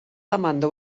demanda